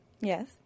Yes